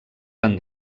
van